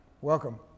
Welcome